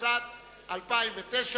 התשס"ט 2009,